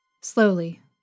Slowly